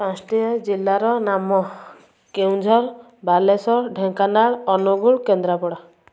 ପାଞ୍ଚଶହ ଟି ଏ ଜିଲ୍ଲାର ନାମ କେଉଁଝର ବାଲେଶ୍ୱର ଢେଙ୍କାନାଳ ଅନୁଗୁଳ କେନ୍ଦ୍ରାପଡ଼ା